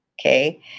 Okay